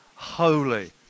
holy